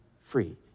free